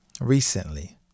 recently